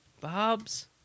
Bob's